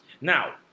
now